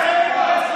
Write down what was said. קרן ברק,